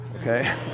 Okay